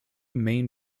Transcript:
main